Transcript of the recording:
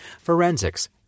Forensics